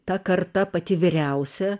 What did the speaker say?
ta karta pati vyriausia